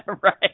Right